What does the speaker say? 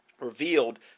revealed